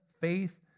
faith